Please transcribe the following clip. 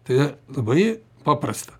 tai labai paprasta